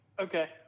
Okay